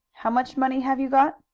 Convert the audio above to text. how much money have you got?